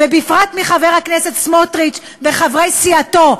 ובפרט מחבר הכנסת סמוטריץ וחברי סיעתו,